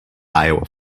iowa